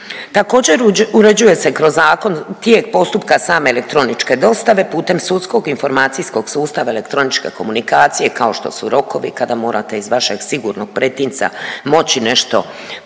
Također uređuje se kroz zakon tijek postupka same elektroničke dostave putem sudskog informacijskog sustava elektroničke komunikacije kao što su rokovi kada morate iz vašeg sigurnog pretinca moći nešto zaprimiti